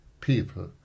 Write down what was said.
people